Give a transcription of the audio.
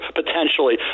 potentially